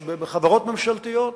בחברות ממשלתיות.